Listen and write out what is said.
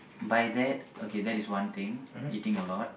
by that okay that is one thing eating a lot